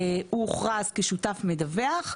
הוא הוכרז כשותף מדווח,